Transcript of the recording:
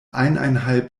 eineinhalb